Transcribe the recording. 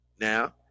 Now